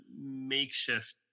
makeshift